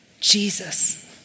Jesus